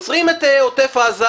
עוצרים את עוטף עזה.